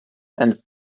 and